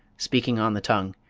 speaking on the tongue,